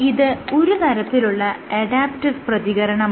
ഇത് ഒരു തരത്തിലുള്ള അഡാപ്റ്റീവ് പ്രതികരണമാണ്